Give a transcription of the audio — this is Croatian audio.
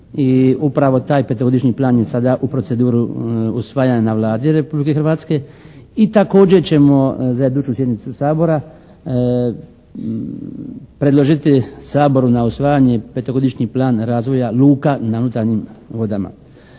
upravo taj 5-godišnji plan je sada u proceduri usvajanja na Vladi Republike Hrvatske. I također ćemo za iduću sjednicu Sabora predložiti Saboru na usvajanje 5-godišnji plan razvoja luka na unutarnjih vodama.